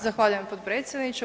Zahvaljujem potpredsjedniče.